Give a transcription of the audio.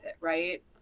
right